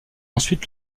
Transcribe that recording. ensuite